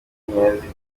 amashanyarazi